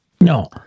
No